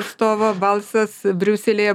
atstovo balsas briuselyje